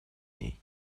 ней